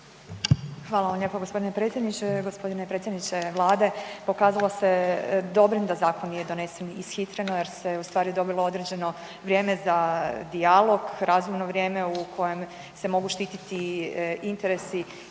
Hvala lijepo g. predsjedniče. G. predsjedniče Vlade, pokazalo se dobrim da zakon nije donesen ishitreno jer se ustvari dobilo određeno vrijeme za dijalog, razvojno vrijeme u kojem se mogu štititi interesi